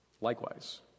likewise